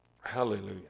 Hallelujah